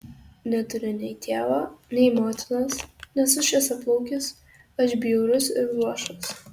neturiu nei tėvo nei motinos nesu šviesiaplaukis aš bjaurus ir luošas